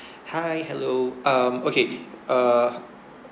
hi hello um okay uh